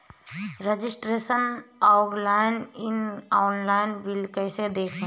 Registration login online bill कैसे देखें?